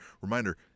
reminder